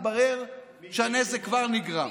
מתברר שהנזק כבר נגרם.